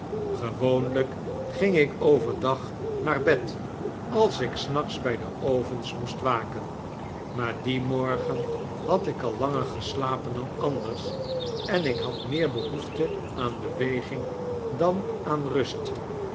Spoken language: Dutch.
gewoonlyk ging ik over dag naarbedalsik s nachts by de ovens moest waken maar dien morgen had ik al langer geslapen dan anders en ik had meer behoefte aan beweging dan aan rust